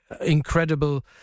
incredible